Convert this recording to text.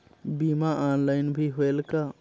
बीमा ऑनलाइन भी होयल का?